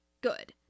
good